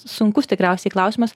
sunkus tikriausiai klausimas